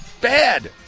bad